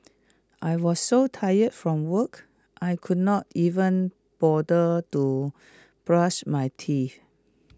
I was so tired from work I could not even bother to brush my teeth